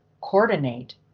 coordinate